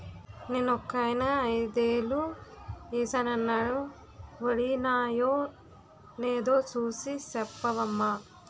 నిన్నొకాయన ఐదేలు ఏశానన్నాడు వొడినాయో నేదో సూసి సెప్పవమ్మా